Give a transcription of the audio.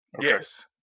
Yes